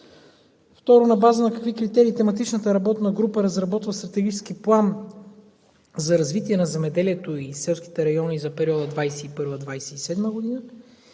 Второ, на база на какви критерии тематичната работна група разработва стратегически план за развитие на земеделието и селските райони за периода 2021 – 2027 г.? На